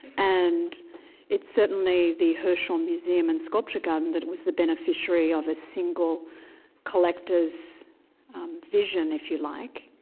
and it's certainly the hirshhorn museum and sculpture garden that was the beneficiary of a single collector's vision if you'd like.